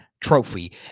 trophy